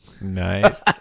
Nice